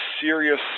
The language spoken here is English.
serious